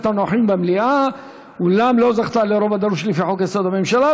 הנוכחים במליאה אולם לא זכתה לרוב הדרוש לפי חוק-יסוד: הממשלה,